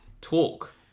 talk